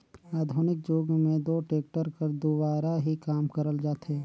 आधुनिक जुग मे दो टेक्टर कर दुवारा ही काम करल जाथे